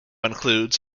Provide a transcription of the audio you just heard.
includes